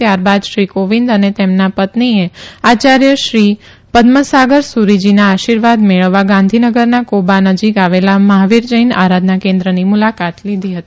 ત્યારબાદ શ્રી કોવિંદ અને તેમની પત્ની આચાર્ય શ્રી પદ્મ સાગર સુરીજીના આશીર્વાદ મેળવવા કોબા નજીકમાં આવેલા મહાવીર જૈન આરાધના કેન્દ્રની મુલાકાત લીધી હતી